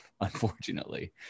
unfortunately